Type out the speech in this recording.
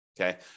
Okay